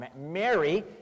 Mary